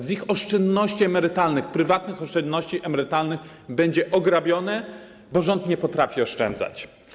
Z ich oszczędności emerytalnych, prywatnych oszczędności emerytalnych będzie zagrabione, bo rząd nie potrafi oszczędzać.